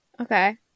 Okay